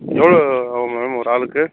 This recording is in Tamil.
எவ்வளோ ஆகும் மேம் ஒரு ஆளுக்கு